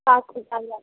सात हज़ार